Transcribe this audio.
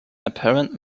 apparent